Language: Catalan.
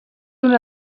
una